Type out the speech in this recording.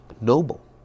noble